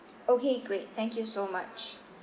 okay great thank you so much